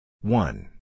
one